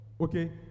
Okay